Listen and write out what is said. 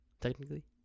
Technically